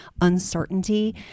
uncertainty